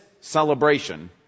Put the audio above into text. celebration